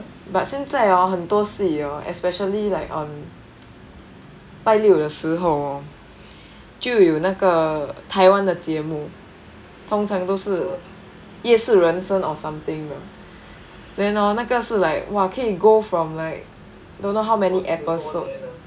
but 现在 orh 很多戏 orh especially like on 拜六的时候就有那个台湾的节目通常都是夜市人生 or something 的 then orh 那个是 like !wah! 可以 go from like don't know how many episodes